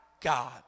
God